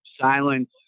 silence